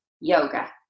yoga